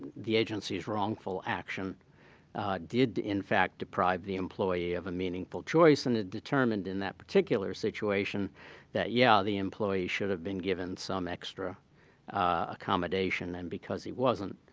the agency's wrongful action did, in fact, deprive the employee of a meaningful choice and it determined in that particular situation that, yeah, the employee should have been given some extra accommodation. and because he wasn't,